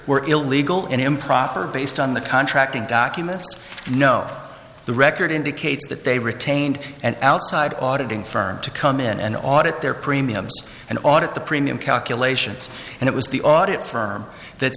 were illegal and improper based on the contracting documents no the record indicates that they retained an outside auditing firm to come in and audit their premiums and audit the premium calculations and it was the audit firm that